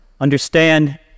Understand